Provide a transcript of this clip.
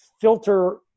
filter